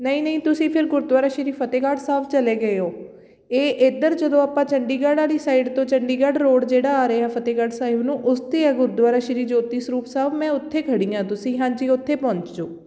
ਨਹੀਂ ਨਹੀਂ ਤੁਸੀਂ ਫਿਰ ਗੁਰਦੁਆਰਾ ਸ਼੍ਰੀ ਫਤਿਹਗੜ੍ਹ ਸਾਹਿਬ ਚਲੇ ਗਏ ਹੋ ਇਹ ਇੱਧਰ ਜਦੋਂ ਆਪਾਂ ਚੰਡੀਗੜ੍ਹ ਵਾਲੀ ਸਾਈਡ ਤੋਂ ਚੰਡੀਗੜ੍ਹ ਰੋਡ ਜਿਹੜਾ ਆ ਰਿਹਾ ਫਤਿਹਗੜ੍ਹ ਸਾਹਿਬ ਨੂੰ ਉਸ 'ਤੇ ਆ ਗੁਰਦੁਆਰਾ ਸ਼੍ਰੀ ਜੋਤੀ ਸਰੂਪ ਸਾਹਿਬ ਮੈਂ ਉੱਥੇ ਖੜ੍ਹੀ ਹਾਂ ਤੁਸੀਂ ਹਾਂਜੀ ਉੱਥੇ ਪਹੁੰਚ ਜਾਉ